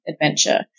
adventure